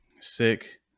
sick